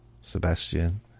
Sebastian